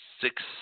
six